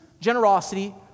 generosity